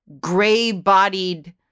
gray-bodied